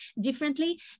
differently